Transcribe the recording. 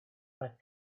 but